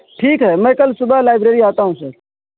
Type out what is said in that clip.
ٹھیک ہے میں کل صبح لائبری آتا ہوں سر